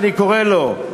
אני קורא לו,